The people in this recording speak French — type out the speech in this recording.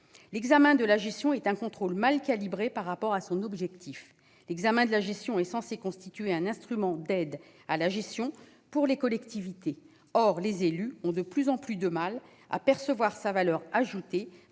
L'examen de la gestion est un contrôle mal calibré par rapport à son objectif. Il est censé constituer un instrument d'aide à la gestion pour les collectivités. Or les élus ont de plus en plus de mal à percevoir sa valeur ajoutée